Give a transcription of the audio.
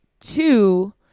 Two